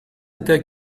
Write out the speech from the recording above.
était